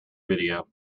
video